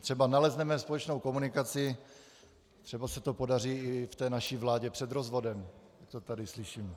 Třeba nalezneme společnou komunikaci, třeba se to podaří i v naší vládě před rozvodem, jak to tady slyším.